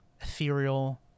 Ethereal